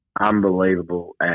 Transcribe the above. unbelievable